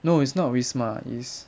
no it's not wisma it's